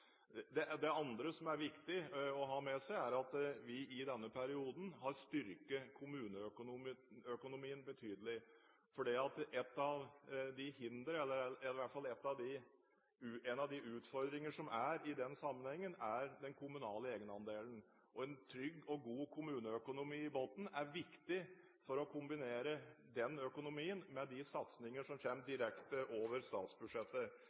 gitt. Det andre som er viktig å ha med seg, er at vi i denne perioden har styrket kommuneøkonomien betydelig, for en av utfordringene i den sammenhengen er den kommunale egenandelen. En trygg og god kommuneøkonomi i bunnen er viktig for å kombinere økonomien med de satsingene som kommer direkte over statsbudsjettet.